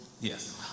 Yes